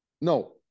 no